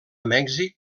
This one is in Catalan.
mèxic